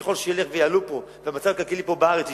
וככל שאלה יעלו פה והמצב הכלכלי פה בארץ ישתפר,